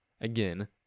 again